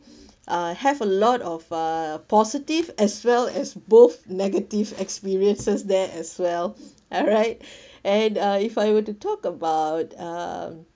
uh have a lot of a positive as well as both negative experiences there as well alright and uh if I were to talk about uh